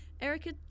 Erica